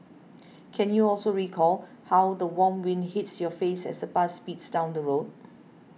can you also recall how the warm wind hits your face as the bus speeds down the road